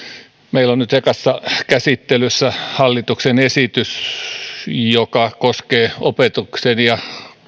meillä on nyt ekassa käsittelyssä hallituksen esitys joka koskee opetuksen ja